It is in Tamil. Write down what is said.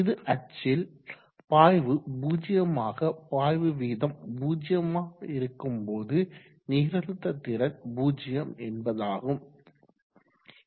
இது அச்சில் பாய்வு 0 ஆக பாய்வு வீதம் 0 ஆக இருக்கும் போது நீரழுத்த திறன் 0 என்பதாகும்